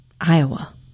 Iowa